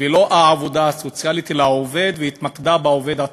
לא העבודה הסוציאלית, אלא העובד,